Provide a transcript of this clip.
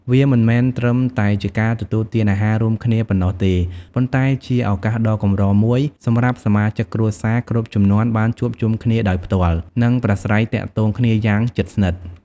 វាមិនមែនត្រឹមតែជាការទទួលទានអាហាររួមគ្នាប៉ុណ្ណោះទេ ប៉ុន្តែជាឱកាសដ៏កម្រមួយសម្រាប់សមាជិកគ្រួសារគ្រប់ជំនាន់បានជួបជុំគ្នាដោយផ្ទាល់ និងប្រាស្រ័យទាក់ទងគ្នាយ៉ាងជិតស្និទ្ធ។